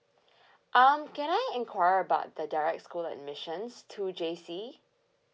um can I enquire about the direct school admissions to J_C